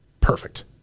perfect